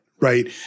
Right